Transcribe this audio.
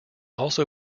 also